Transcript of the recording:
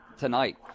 tonight